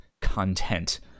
content